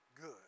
good